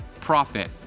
profit